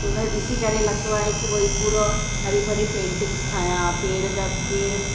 त उन खे ॾिसी करे लॻंदो आहे कि भई पूरो हरीभरी पेंटिंग्स ठाहियां पेड़ जा पेड़